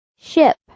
Ship